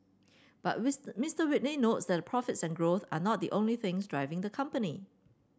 but with Mister Whitney notes that profits and growth are not the only things driving the company